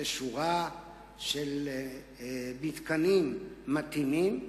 יש שורה של מתקנים מתאימים.